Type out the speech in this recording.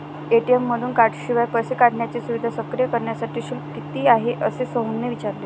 ATM मधून कार्डशिवाय पैसे काढण्याची सुविधा सक्रिय करण्यासाठी शुल्क किती आहे, असे सोहनने विचारले